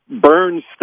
Burns